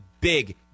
big